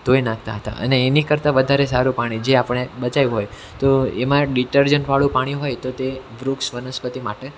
ધોઈ નાખતા હતા અને એની કરતાં વધારે સારું પાણી જે આપણે બચાયું હોય તો એમાં ડિટરજન્ટવાળું પાણી હોય તો તે વૃક્ષ વનસ્પતિ માટે